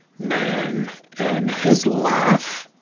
man and his laugh